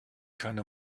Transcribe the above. keine